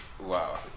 Wow